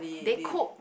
they cook